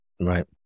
Right